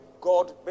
God